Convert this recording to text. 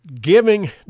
giving